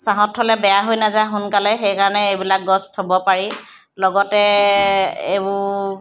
ছাঁত থ'লে বেয়া হৈ নাযায় সোনকালে সেইকাৰণে এইবিলাক গছ থ'ব পাৰি লগতে এইবোৰ